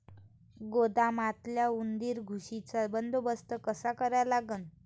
गोदामातल्या उंदीर, घुशीचा बंदोबस्त कसा करा लागन?